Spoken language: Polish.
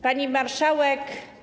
Pani Marszałek!